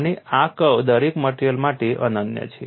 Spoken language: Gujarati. અને આ કર્વ દરેક મટેરીઅલ માટે અનન્ય છે